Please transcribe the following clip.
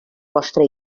vostra